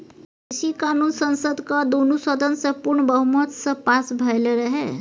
कृषि कानुन संसदक दुनु सदन सँ पुर्ण बहुमत सँ पास भेलै रहय